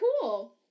cool